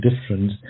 difference